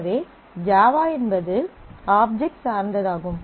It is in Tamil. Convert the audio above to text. எனவே ஜாவா என்பது ஆப்ஜெக்ட் சார்ந்ததாகும்